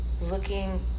Looking